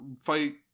fight